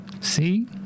see